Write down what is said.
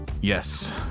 Yes